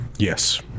Yes